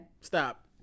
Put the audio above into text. stop